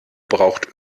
braucht